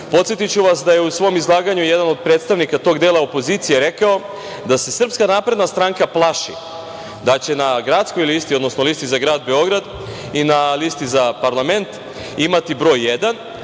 Podsetiću vas da je u svom izlaganju jedan od predstavnika tog dela opozicije rekao da se SNS plaši da će na gradskoj listi, odnosno listi za grad Beograd i listi za parlament imati broj 1,